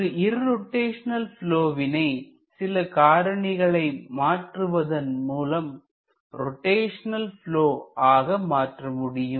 ஒரு இர்ரோட்டைஷனல் ப்லொவினை சில காரணிகளை மாற்றுவதன் மூலம் ரோட்டைஷனல் ப்லொ ஆக மாற்ற முடியும்